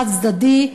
חד-צדדי,